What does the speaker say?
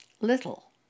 Little